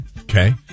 Okay